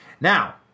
Now